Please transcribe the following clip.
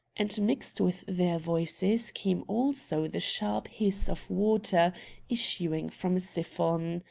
and mixed with their voices came also the sharp hiss of water issuing from a siphon.